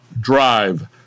Drive